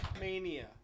Mania